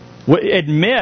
Admit